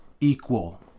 equal